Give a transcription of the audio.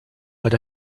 but